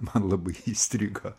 man labai įstrigo